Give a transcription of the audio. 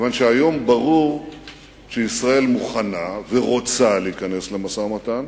כיוון שהיום ברור שישראל מוכנה ורוצה להיכנס למשא-ומתן,